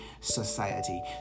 society